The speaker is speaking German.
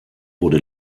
wurde